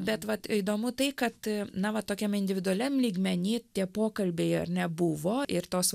bet vat įdomu tai kad na va tokiam individualiam lygmeny tie pokalbiai ar ne buvo ir tos